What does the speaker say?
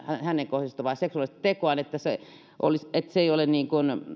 häneen kohdistuvaa seksuaalista tekoa ja että se ei ole